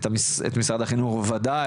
את משרד החינוך בוודאי,